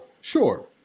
sure